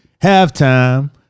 Halftime